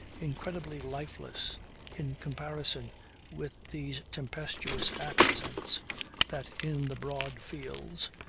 incredibly lifeless in comparison with these tempestuous accents that in the broad fields,